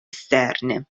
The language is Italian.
esterne